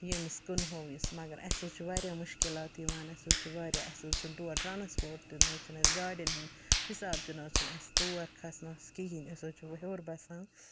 ییٚمِس کٕنہوٚو یُس مَگر اسہِ حٕظ چھُ وارایاہ مُشکِلات یِوان اسہِ حٕظ چھُ واریاہ اسہِ حظ چھُنہٕ تور ٹرٛانَسپوٹ تِنہٕ حٕظ چھُنہٕ گاڑین ہُنٛد حِساب تِنہٕ حظ چھُنہٕ تور کھَژنَس کِہیٖنۍ أسۍ حٕظ چھِ ہِیوٚر بَسان